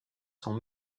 sont